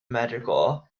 magical